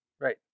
Right